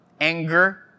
anger